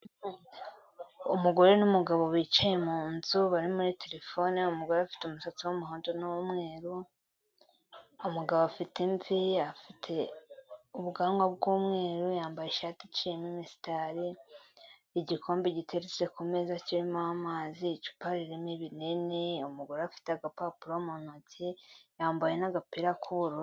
Umugore n'umugabo bicaye mu nzu, bari muri terefone, umugore afite umusatsi wumuhondo n'umweru, umugabo afite imvi, afite ubwanwa bw'umweru, yambaye ishati icyemo imisitari, igikombe giteretse ku meza kirimo amazi, icupa ririmo ibinini, umugore afite agapapuro mu ntoki, yambaye n'agapira k'ubururu.